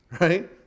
Right